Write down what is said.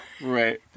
Right